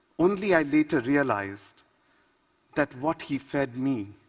only i later realized that what he fed me